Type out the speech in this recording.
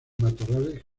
matorrales